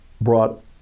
brought